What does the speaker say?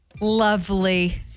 Lovely